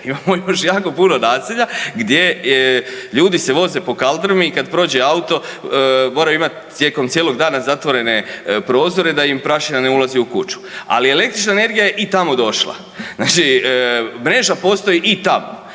Imamo još jako puno naselja gdje ljudi se voze po kaldrmi i kad prođe auto mora imati tijekom cijelog dana zatvorene prozore da im prašina ne ulazi u kuću. Ali električna energija je i tamo došla, znači mreža postoji i tamo.